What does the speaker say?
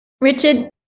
Richard